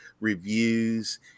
reviews